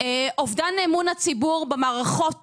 אובדן אמון הציבור במערכות